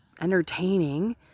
entertaining